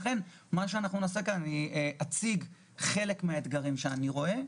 לכן אני אציג כאן חלק מהאתגרים שאני רואה,